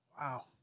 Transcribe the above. Wow